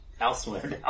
elsewhere